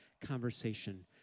conversation